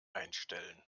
einstellen